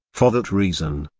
for that reason,